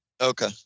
Okay